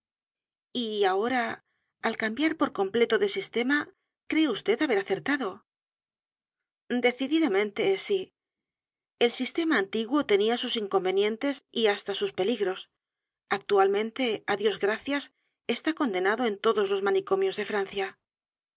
y ahora al cambiar por completo de sistema cree vd haber acertado decididamente sí el sistema antiguo tenía sus inconvenientes y hasta sus peligros actualmente á dios gracias está condenado en todos los manicomios de francia